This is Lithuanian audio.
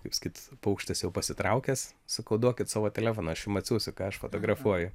kaip sakyt paukštis jau pasitraukęs sakau duokit savo telefoną aš jum atsiųsiu ką aš fotografuoju